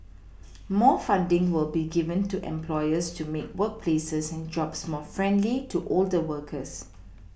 more funding will be given to employers to make workplaces and jobs more friendly to older workers